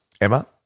Emma